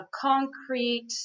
concrete